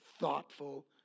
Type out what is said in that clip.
thoughtful